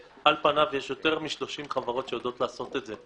ועל פניו יש יותר מ-30 חברות שיודעות לעשות את זה,